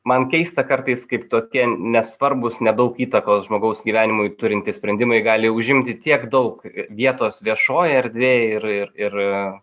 man keista kartais kaip tokie nesvarbūs nedaug įtakos žmogaus gyvenimui turintys sprendimai gali užimti tiek daug vietos viešojoj erdvėj ir ir ir